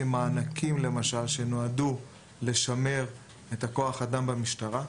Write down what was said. מענקים שנועדו לשמר את כוח האדם במשטרה.